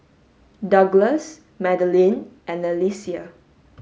Douglas Madelyn and Alesia